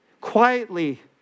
quietly